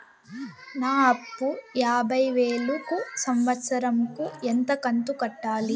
నా అప్పు యాభై వేలు కు సంవత్సరం కు ఎంత కంతు కట్టాలి?